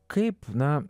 kaip na